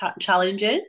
challenges